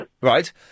Right